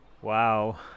Wow